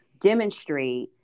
demonstrate